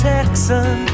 Texan